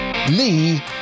Lee